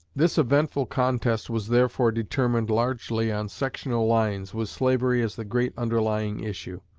this eventful contest was therefore determined largely on sectional lines, with slavery as the great underlying issue.